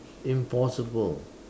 impossible